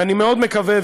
ואני מאוד מקווה,